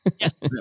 Yes